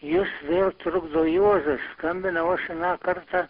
jus vėl trukdo juozas skambinau aš aną kartą